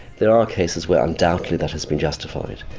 there are cases where undoubtedly that has been justified,